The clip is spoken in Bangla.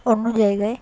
অন্য জায়গায়